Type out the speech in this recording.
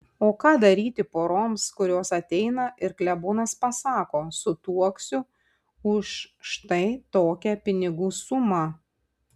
o ką daryti poroms kurios ateina ir klebonas pasako sutuoksiu už štai tokią pinigų sumą